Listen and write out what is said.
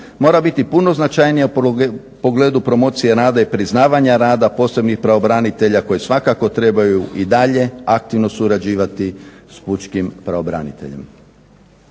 mora biti puno značajnija u pogledu promocije rada i priznavanja rada posebnih pravobranitelja koji svakako trebaju i dalje aktivno surađivati s pučkim pravobraniteljem.